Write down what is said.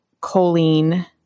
choline